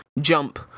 jump